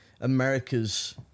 America's